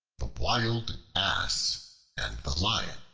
the wild ass and the lion